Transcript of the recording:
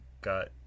got